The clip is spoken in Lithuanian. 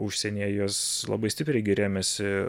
užsienyje jos labai stipriai gi rėmėsi